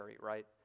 right